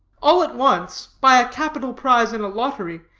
all at once, by a capital prize in a lottery,